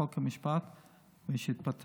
חוק ומשפט ושיתפטר.